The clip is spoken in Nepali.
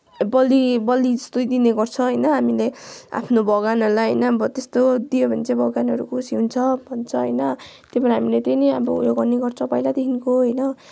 बलि बलि जस्तै दिने गर्छ होइन हामीले आफ्नो भगवानहरूलाई होइन अब त्यस्तो दियो भने चाहिँ भगवानहरू खुसी हुन्छ भन्छ होइन त्यही भएर हामी त्यही नै अब हामीले यो गर्ने गर्छौँ पहिल्यैदेखिको होइन